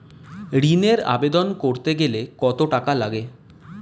ঋণের আবেদন করতে গেলে কত টাকা লাগে?